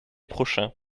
prochain